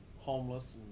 homeless